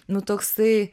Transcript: nu toksai